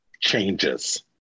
changes